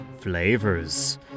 Flavors